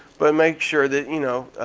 but make sure that, you know,